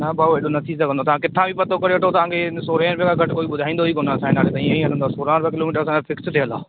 न भाउ हेॾो न थी सघंदो तव्हां किथा बि पतो करे वठो तव्हांखे हिन सोरहें रुपए खां घटि ॿुधाईंदो ई कोन असांजे नाले ते इअं ई हलंदो आहे सोरहां रुपया किलोमीटर असांजा फ़िक्स थियुल आहे